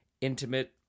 intimate